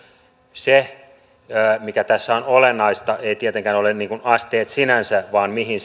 se mikä tässä on olennaista eivät tietenkään ole asteet sinänsä vaan se mihin